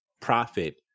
profit